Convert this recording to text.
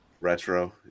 Retro